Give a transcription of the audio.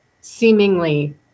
seemingly